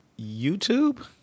YouTube